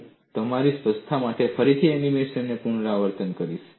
હું તમારી સ્પષ્ટતા માટે ફરીથી એનિમેશનનું પુનરાવર્તન કરીશ